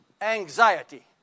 anxiety